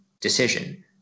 decision